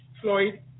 Floyd